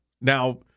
Now